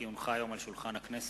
כי הונחה היום על שולחן הכנסת,